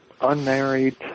unmarried